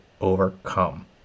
overcome